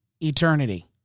eternity